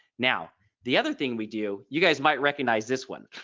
now the other thing we do. you guys might recognize this one.